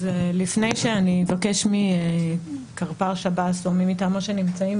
אז לפני שאני אבקש מקרפ"ר שב"ס או מי מטעמו שנמצאים